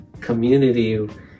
community